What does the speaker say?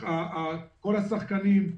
כל השחקנים,